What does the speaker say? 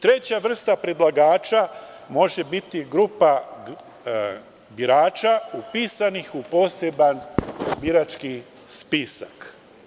Treća vrsta predlagača može biti grupa birača upisanih u poseban birački spisak.